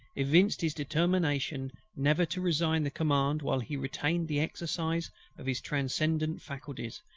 evinced his determination never to resign the command while he retained the exercise of his transcendant faculties,